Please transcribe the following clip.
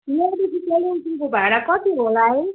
यहाँदेखि कालिम्पोङको भाडा कति होला है